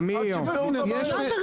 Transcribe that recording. עד שיפתרו את הבעיה.